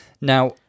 Now